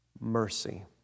mercy